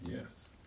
Yes